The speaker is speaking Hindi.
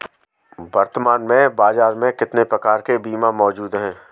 वर्तमान में बाज़ार में कितने प्रकार के बीमा मौजूद हैं?